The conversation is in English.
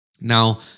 Now